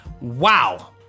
Wow